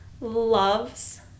loves